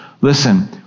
Listen